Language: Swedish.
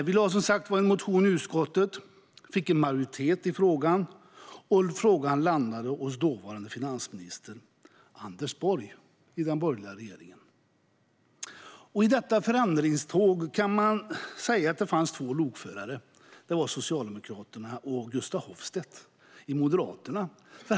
Vi lade fram en motion i utskottet och fick majoritet i frågan, som landade hos finansministern i den dåvarande borgerliga regeringen Anders Borg. I detta förändringståg kan man säga att det fanns två lokförare. Det var Socialdemokraterna, och det var Gustaf Hoffstedt från Moderaterna.